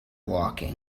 blocking